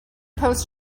post